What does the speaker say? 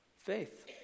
Faith